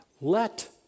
let